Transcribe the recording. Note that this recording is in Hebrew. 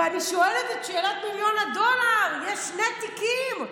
ואני שואלת את שאלת מיליון הדולר: יש שני תיקים,